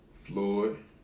Floyd